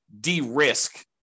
de-risk